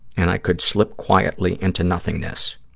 and i could sleep quietly into nothingness.